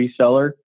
reseller